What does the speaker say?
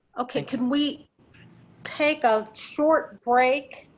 okay, can we take a short break.